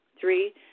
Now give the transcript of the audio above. Three